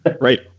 Right